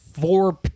four